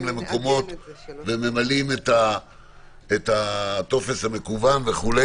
למקומות וממלאים את הטופס המקוון וכו',